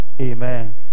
amen